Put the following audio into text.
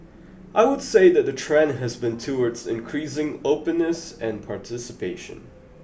I would say that the trend has been towards increasing openness and participation